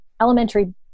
elementary